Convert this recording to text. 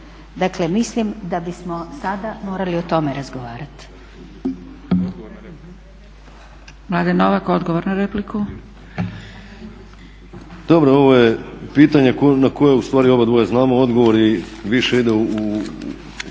Dakle mislim da bismo sada morali o tome razgovarat.